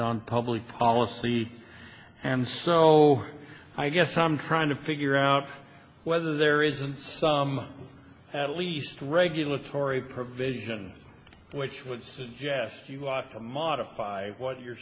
on public policy and so i guess i'm trying to figure out whether there isn't some at least regulatory provision which would suggest you ought to modify what you're